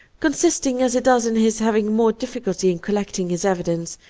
consisting as it does in his having more difficulty in collecting his evidence,